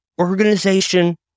organization